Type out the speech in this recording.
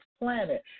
planet